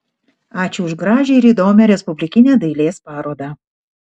ačiū už gražią ir įdomią respublikinę dailės parodą